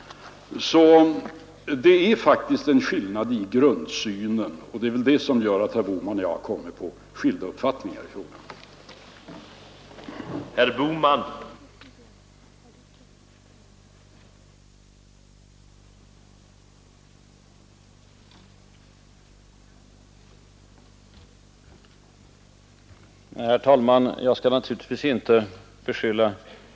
Därför föreligger det faktiskt här en skillnad i grundsynen, och det är väl den som gör att herr Bohman och jag har kommit till skilda uppfattningar i denna fråga.